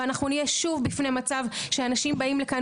ונהיה שוב בפני מצב שאנשים באים לכאן